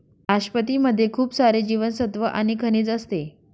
नाशपती मध्ये खूप सारे जीवनसत्त्व आणि खनिज असते